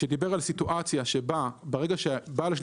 שדיבר על סיטואציה שבה ברגע שבעל השליטה